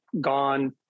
gone